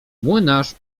młynarz